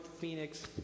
Phoenix